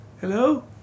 Hello